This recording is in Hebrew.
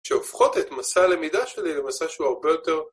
שהופכות את מסע הלמידה שלי למסע שהוא הרבה יותר...